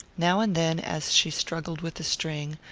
now and then, as she struggled with the string,